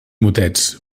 motets